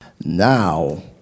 Now